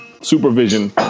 supervision